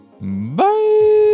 bye